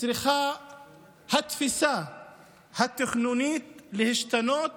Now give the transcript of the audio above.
התפיסה התכנונית צריכה להשתנות